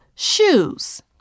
Shoes